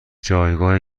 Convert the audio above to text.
جایگاه